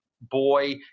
boy